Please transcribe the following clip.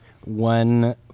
one